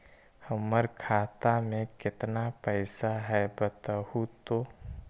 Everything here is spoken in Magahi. हमर खाता में केतना पैसा है बतहू तो?